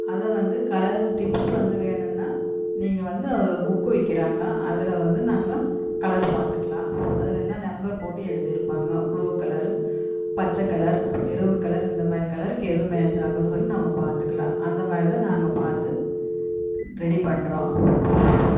அதை வந்து colour tips வந்து வேணும்னால் நீங்கள் வந்து அதில் புக்கு விற்கிறாங்க அதில் வந்து நாங்கள் கலரு பார்த்துக்கலாம் அதில் எல்லாம் நம்பர் போட்டு எழுதியிருப்பாங்க ப்ளூ கலரு பச்சை கலர் மெரூன் கலர் இந்த மாதிரி கலருக்கு எது மேட்சாகும்னு சொல்லி நம்ம பார்த்துக்கலாம் அந்த மாதிரி தான் நாங்கள் பார்த்து ரெடி பண்ணுறோம்